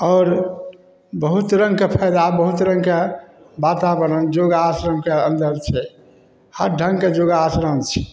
आओर बहुत रङ्गके फायदा बहुत रङ्गके वातावरण योगासनके अन्दर छै हर ढङ्गके योगासन छै